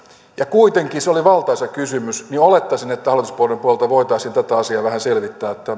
ja kun se kuitenkin oli valtaisa kysymys niin olettaisin että hallituspuolueiden puolelta voitaisiin tätä asiaa vähän selvittää